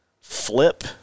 flip